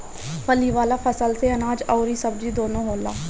फली वाला फसल से अनाज अउरी सब्जी दूनो होला